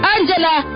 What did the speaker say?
Angela